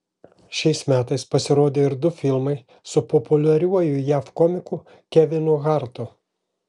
šiais metais pasirodė ir du filmai su populiariuoju jav komiku kevinu hartu